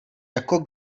jako